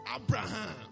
Abraham